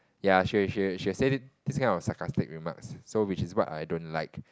ya she'll she'll she'll say it this kind of sarcastic remarks so which is what I don't like